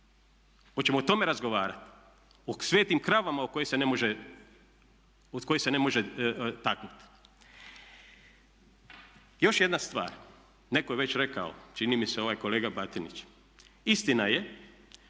Hoćemo o tome razgovarati? O svetim kravama koje se ne može taknut? Još jedna stvar. Netko je već rekao čini mi se ovaj kolega Batinić, istina je